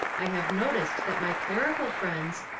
i have noticed that my clerical friends,